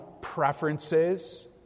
preferences